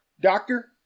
Doctor